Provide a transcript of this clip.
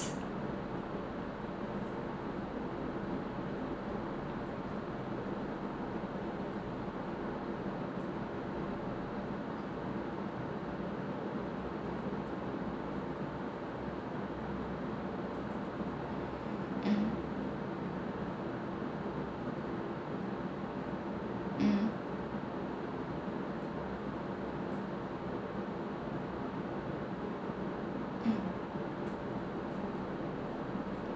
mmhmm mm mm